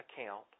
account